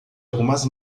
algumas